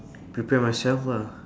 prepare myself ah